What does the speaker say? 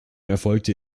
erfolgte